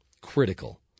critical